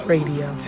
Radio